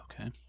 Okay